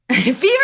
fever